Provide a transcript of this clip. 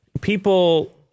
People